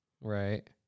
Right